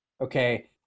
Okay